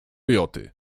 joty